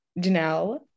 Janelle